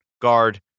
Guard